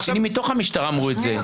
קצינים מתוך המשטרה אמרו את זה.